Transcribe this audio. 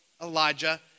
Elijah